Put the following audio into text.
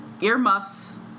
earmuffs